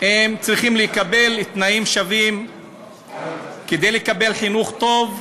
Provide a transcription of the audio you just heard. צריכים לקבל תנאים שווים כדי לקבל חינוך טוב,